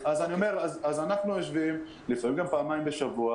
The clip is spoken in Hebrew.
אז אנחנו יושבים לפעמים גם פעמיים בשבוע